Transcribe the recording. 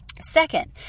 Second